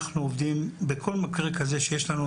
אנחנו עובדים בכל מקרה כזה שיש לנו,